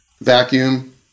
vacuum